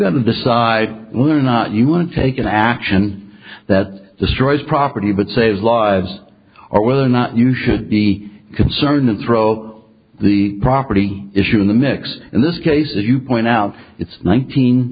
got to decide learn not you want to take an action that destroys property but saves lives or whether or not you should be concerned and throat the property issue in the mix in this case as you point out it's nineteen